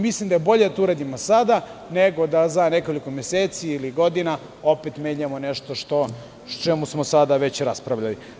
Mislim da je bolje da to uradimo sada, nego da za nekoliko meseci ili godina opet menjamo nešto o čemu smo sada već raspravljali.